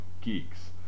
Geeks